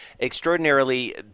extraordinarily